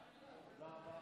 דבר.